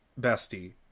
bestie